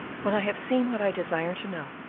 when i have seen what i desire to know,